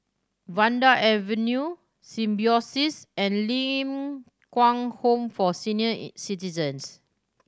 Vanda Avenue Symbiosis and Ling Kwang Home for Senior Citizens